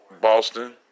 Boston